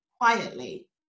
quietly